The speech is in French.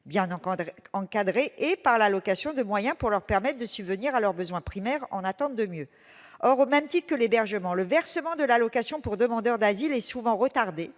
bien encadrées et par l'allocation de moyens, qui leur permettent de subvenir à leurs besoins primaires, en attente de mieux. Or, au même titre que l'hébergement, le versement de l'allocation pour demandeur d'asile est souvent retardé,